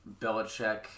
Belichick